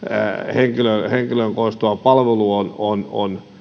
henkilöön kohdistuva palvelu